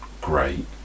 great